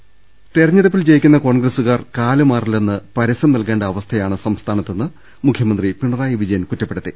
ദർവ്വട്ടെഴ തെരഞ്ഞെടുപ്പിൽ ജയിക്കുന്ന കോൺഗ്രസുകാർ കാലുമാറില്ലെന്ന് പരസ്യം നൽകേണ്ട അവസ്ഥയാണ് സംസ്ഥാനത്തെന്ന് മുഖ്യമന്ത്രി പിണ റായി വിജയൻ കുറ്റപ്പെടുത്തി